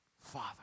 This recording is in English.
Father